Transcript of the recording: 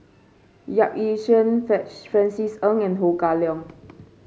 Yap Ee Chian Francis Ng and Ho Kah Leong